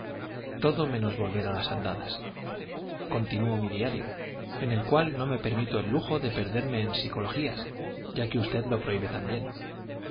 todo menos volver a las andadas continúo mi diario en el cual no me permito el lujo de perderme en psicologías ya que usted lo prohíbe también